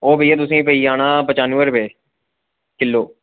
ओह् भैया तुसेंगी पेई जाना पचानुऐं रपे किलो